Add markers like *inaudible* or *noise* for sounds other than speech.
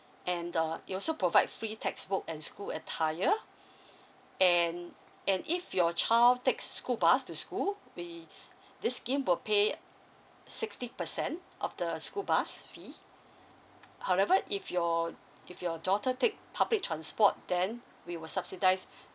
and uh it also provide free textbook and school attire *breath* and and if your child take school bus to school we this scheme will pay sixty percent of the school bus fee however if your if your daughter take public transport then we will subsidise